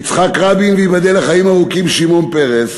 יצחק רבין, וייבדל לחיים ארוכים שמעון פרס,